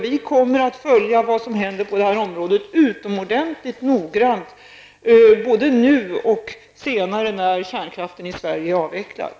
Vi kommer att följa vad som händer på området utomordentligt noga, såväl nu som när kärnkraften är avvecklad i